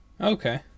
Okay